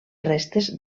restes